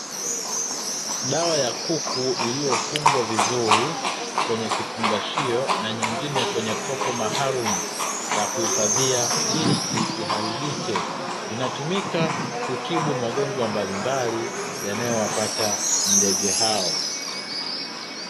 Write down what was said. Dawa ya kuku iliyofungwa vizuri, kwenye kifungashio na nyingine kwenye kopo maalumu la kuhifadhia ili isiharibike. Inatumika kutibu magonjwa mbalimbali, yanayowapata ndege hao.